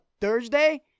Thursday